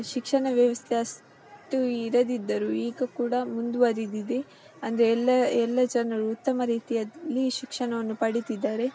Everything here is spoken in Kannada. ಶಿಕ್ಷಣ ವ್ಯವಸ್ಥೆ ಅಷ್ಟು ಇರದಿದ್ದರೂ ಈಗ ಕೂಡ ಮುಂದುವರಿದಿದೆ ಅಂದರೆ ಎಲ್ಲ ಎಲ್ಲ ಜನರು ಉತ್ತಮ ರೀತಿಯಲ್ಲಿ ಶಿಕ್ಷಣವನ್ನು ಪಡಿತಿದ್ದಾರೆ